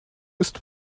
ist